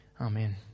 Amen